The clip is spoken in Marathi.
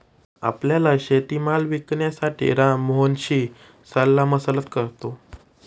आपला शेतीमाल विकण्यासाठी राम मोहनशी सल्लामसलत करतो